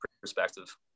perspective